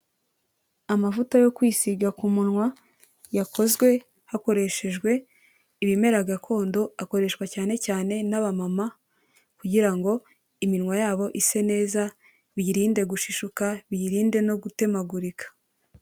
Amavuta yo kwisiga ku munwa yakozwe hakoreshejwe ibimera gakondo, akoreshwa cyane cyane n'abamama kugira ngo iminwa yabo ise neza, biyirinde gushishuka, biyirinde no gutemagurika.